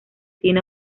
tiene